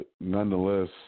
Nonetheless